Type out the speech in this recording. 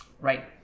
Right